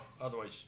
otherwise